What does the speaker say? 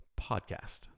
Podcast